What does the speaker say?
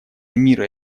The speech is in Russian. мира